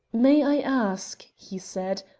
may i ask, he said,